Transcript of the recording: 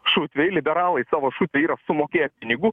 šutvei liberalai savo šutvei yra sumokėję pinigų